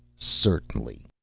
certainly.